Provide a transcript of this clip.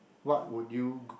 what would you